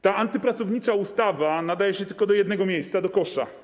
Ta antypracownicza ustawa nadaje się tylko do jednego miejsca: do kosza.